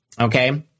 Okay